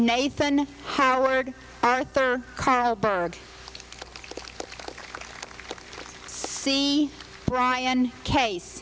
nathan howard arthur carl berg see bryan case